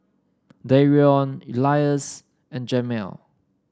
Darion Elias and Jamel